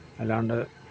അല്ലാണ്ട്